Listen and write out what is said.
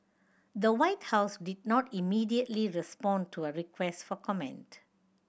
the White House did not immediately respond to a request for comment